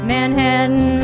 Manhattan